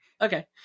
Okay